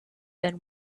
been